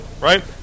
right